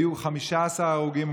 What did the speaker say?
היו 15 הרוגים,